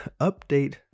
update